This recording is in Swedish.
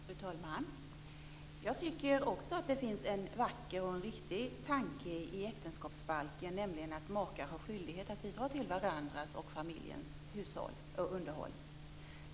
Fru talman! Jag tycker också att det finns en vacker och riktig tanke i äktenskapsbalken, nämligen att makar har skyldighet att bidra till varandras och familjens hushåll och underhåll.